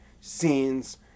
scenes